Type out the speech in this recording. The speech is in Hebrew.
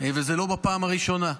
ולא בפעם הראשונה.